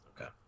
Okay